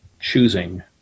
choosing